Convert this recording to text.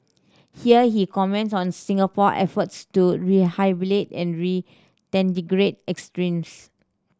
here he comments on Singapore efforts to rehabilitate and extremists